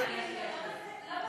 מה הבעיה עם זה?